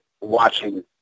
watching